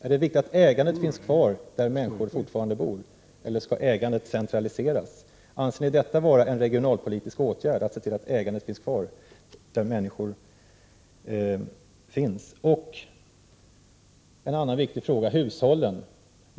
Är det viktigt att ägandet finns kvar där människor bor, eller skall ägandet centraliseras? Anser ni det vara en regionalpolitisk åtgärd att se till att ägandet finns kvar där människor finns? En annan viktig fråga: hushållen.